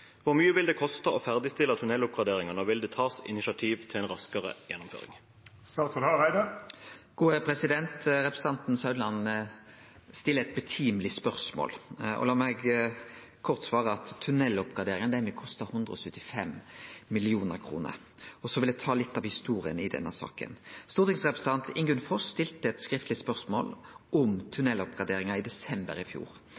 Hvor mye vil det koste å ferdigstille tunneloppgraderingen, og vil det tas initiativ til en raskere gjennomføring?» Representanten Meininger Saudland stiller eit høveleg spørsmål. La meg kort svare at tunneloppgraderinga vil koste 175 mill. kr, og så vil eg ta litt av historia i denne saka. Stortingsrepresentant Ingunn Foss stilte eit skriftleg spørsmål om tunneloppgraderinga i desember i fjor.